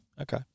Okay